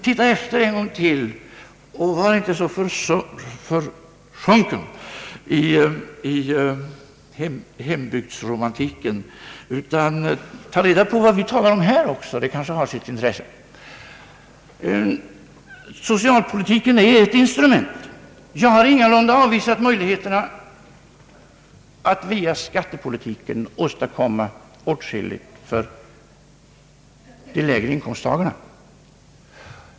Var inte så för sjunken, herr Bengtson, i hembygdsromantiken utan ta reda på vad vi talar om här också — det har sitt intresse. Socialpolitiken är ett instrument. Jag har ingalunda avvisat möjligheterna att via skattepolitiken åstadkomma åtskilligt för de lägre inkomsttagarna.